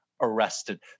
arrested